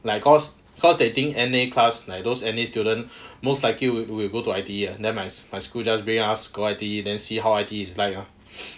like cause cause they think N_A class like those N_A student most likely will go to I_T_E then my school just bring us go I_T_E then see how I_T_E is like lor